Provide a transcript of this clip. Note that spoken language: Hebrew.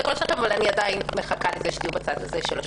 הקול שלכן אבל אני עדיין מחכה שתהיו בצד הזה של השולחן,